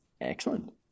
Excellent